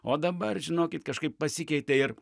o dabar žinokit kažkaip pasikeitė ir